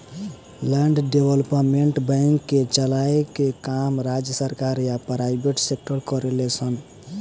land development bank के चलाए के काम राज्य सरकार या प्राइवेट सेक्टर करेले सन